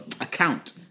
account